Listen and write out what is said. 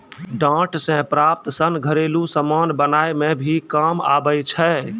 डांट से प्राप्त सन घरेलु समान बनाय मे भी काम आबै छै